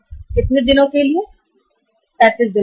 कितने दिनों के लिए35 दिन के लिए